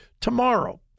tomorrow